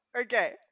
Okay